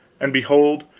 and behold,